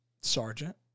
Sergeant